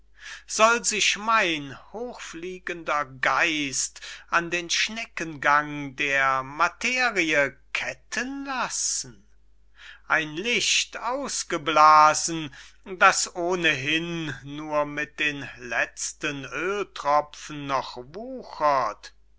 soll sich mein hochfliegender geist an den schneckengang der materie ketten lassen ein licht ausgeblasen das ohnehin nur mit den letzten oeltropfen noch wuchert